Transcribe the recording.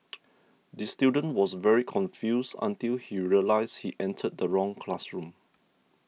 the student was very confused until he realised he entered the wrong classroom